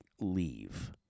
leave